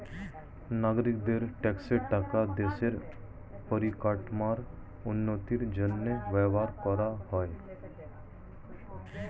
নাগরিকদের ট্যাক্সের টাকা দেশের পরিকাঠামোর উন্নতির জন্য ব্যবহার করা হয়